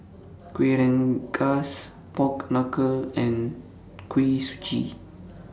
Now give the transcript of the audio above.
Kueh Rengas Pork Knuckle and Kuih Suji